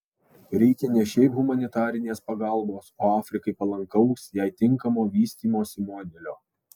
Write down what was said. reikia ne šiaip humanitarinės pagalbos o afrikai palankaus jai tinkamo vystymosi modelio